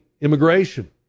immigration